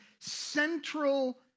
central